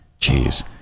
Jeez